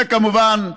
וכמובן,